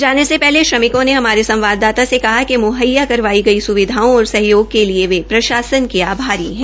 जाने से पहले श्रमिकों ने हमारे संवाददाता से कहा कि मुहैया करवाई कई सुविधाओं और सहयोग के लिए वे प्रशासन के आभारी हैं